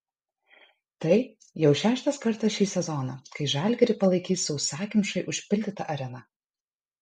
tai jau šeštas kartas šį sezoną kai žalgirį palaikys sausakimšai užpildyta arena